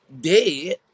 Dead